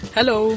Hello